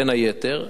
בין היתר,